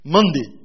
Monday